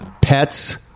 pets